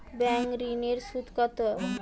Bank ঋন এর সুদ কত?